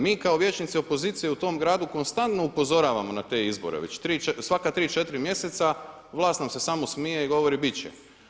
Mi kao vijećnici opozicije u tom gradu konstantno upozoravamo na te izbore već 3, 4, svaka 3., 4. mjeseca, vlast nam se samo smije i govori biti će.